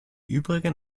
übrigen